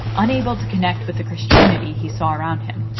unable to connect with the christianity he saw around him.